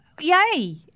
yay